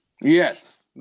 Yes